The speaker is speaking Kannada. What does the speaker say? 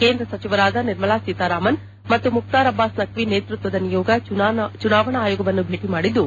ಕೇಂದ್ರ ಸಚಿವರಾದ ನಿರ್ಮಲಾ ಸೀತಾರಾಮನ್ ಮತ್ತು ಮುಖ್ತಾರ್ ಅಬ್ಲಾಸ್ ನಖ್ನಿ ನೇತೃತ್ವದ ನಿಯೋಗ ಚುನಾವಣಾ ಆಯೋಗವನ್ನು ಭೇಟಿ ಮಾಡಿದ್ದು